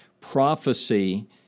Prophecy